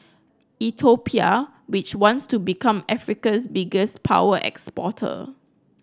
Ethiopia which wants to become Africa's biggest power exporter